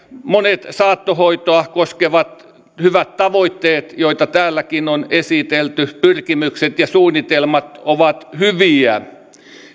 monet saattohoitoa koskevat hyvät tavoitteet joita täälläkin on esitelty pyrkimykset ja suunnitelmat ovat hyviä